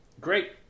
Great